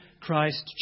Christ